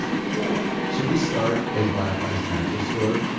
man. should we start a black lives mattress store?